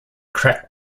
crack